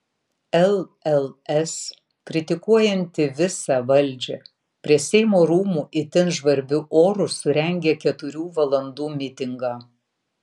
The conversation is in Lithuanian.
lls kritikuojanti visą valdžią prie seimo rūmų itin žvarbiu oru surengė keturių valandų mitingą